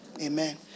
Amen